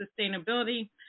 Sustainability